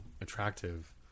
attractive